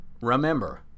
remember